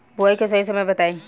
बुआई के सही समय बताई?